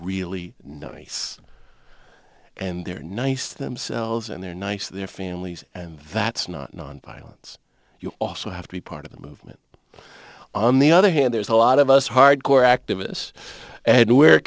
really nice and they're nice themselves and they're nice to their families and that's not nonviolence you also have to be part of the movement on the other hand there's a lot of us hardcore activists and we're